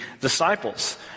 disciples